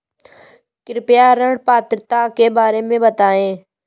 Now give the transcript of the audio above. कृपया ऋण पात्रता के बारे में बताएँ?